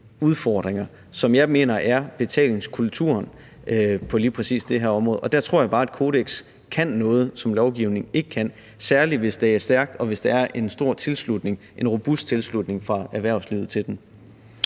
udfordringer, som jeg mener er betalingskulturen på lige præcis det her område. Og der tror jeg bare, at et kodeks kan noget, som lovgivning ikke kan, særlig hvis det er stærkt, og hvis der er en stor og robust tilslutning til det fra erhvervslivet. Kl.